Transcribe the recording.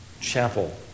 chapel